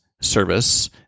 service